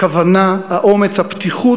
הכוונה, האומץ, הפתיחות,